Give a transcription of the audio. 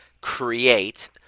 create